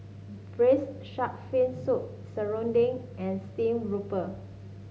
Braised Shark Fin Soup serunding and Steamed Grouper